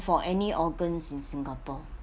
for any organs in singapore